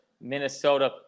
Minnesota